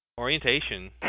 orientation